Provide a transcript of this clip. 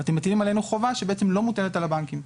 אתם מטילים עלינו חובה שבעצם לא מוטלת על הבנקים.